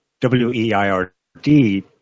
W-E-I-R-D